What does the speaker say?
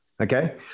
Okay